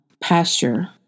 pasture